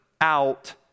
out